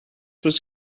was